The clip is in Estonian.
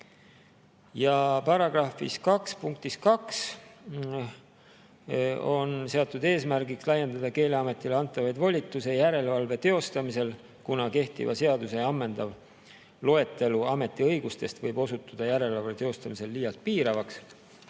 2 punktis 2 on seatud eesmärgiks laiendada Keeleametile antavaid volitusi järelevalve teostamisel. Kuna kehtiva seaduse ammendav loetelu ameti õigustest võib osutuda järelevalve teostamisel liialt piiravaks,